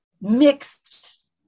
mixed